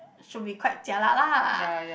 should be quite jialat lah